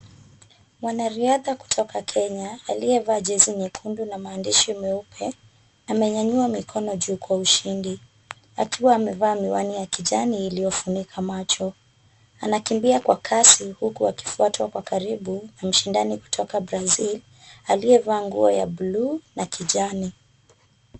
Mwanariadha kutoka Kenya, aliyevaa jezi nyekundu na maandishi meupe, amenyanyua mikono juu kwa ushindi akiwa amevaa miwani ya kijani iliyofunika macho. Anakimbia kwa kasi huku akifuatwa kwa karibu na mshindani kutoka Brazil aliyevaa nguo ya bluu na kijani.